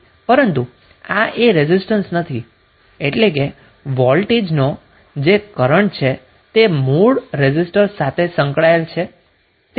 પરંતુ આ એ રેઝિસ્ટન્સ સમાન નથી એટલે કે વોલ્ટેજનો કરન્ટ છે જે મૂળ રેઝિસ્ટર સાથે સંકળાયેલા છે તે અવિરતપણે ખોવાઈ જાય છે